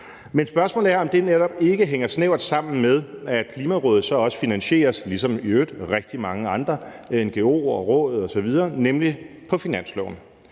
Men spørgsmålet er, om det ikke netop hænger snævert sammen med, at Klimarådet så også – ligesom i øvrigt rigtig mange andre ngo'er, råd osv. – finansieres på finansloven.